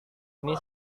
ini